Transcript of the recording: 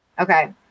Okay